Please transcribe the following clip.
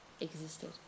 existed